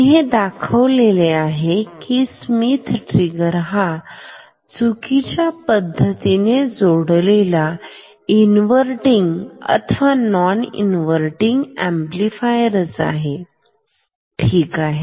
मी हे दाखवलेले आहे की स्मिथ ट्रिगर हा चुकीच्या पद्धतीने जोडलेला इंवरटिंग अथवा नॉन इन्व्हर्टिन ऍम्प्लिफायर आहे ठीक आहे